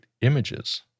images